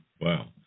Wow